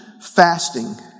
fasting